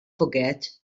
forget